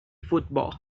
football